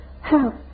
help